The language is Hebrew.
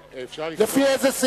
יש לך הודעה על קשריך עם איזה עיתון?